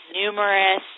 numerous